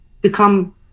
become